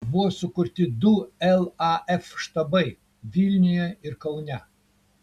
buvo sukurti du laf štabai vilniuje ir kaune